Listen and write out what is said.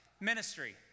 Ministry